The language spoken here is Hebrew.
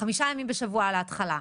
חמישה ימים בשבוע על ההתחלה,